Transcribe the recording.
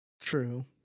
True